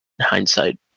hindsight